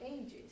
ages